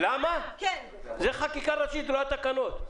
זה חקיקה ראשית, לא תקנות.